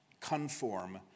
conform